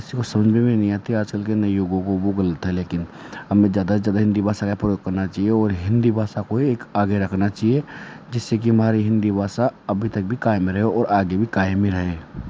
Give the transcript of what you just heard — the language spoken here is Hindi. किसी को समझ में भी नही आती आज कल के नये युगों को वह गलत है लेकिन हमें ज़्यादा से जादा हिंदी भाषा का प्रयोग करना चाहिए और हिंदी भाषा को ही एक आगे रखना चाहिए जिससे कि हमारी हिंदी भाषा अभी तक भी कायम रहे और आगे भी कायम ही रहे